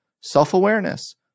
self-awareness